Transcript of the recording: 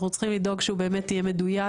צריכים לדאוג שהוא באמת יהיה מדויק,